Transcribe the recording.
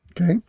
Okay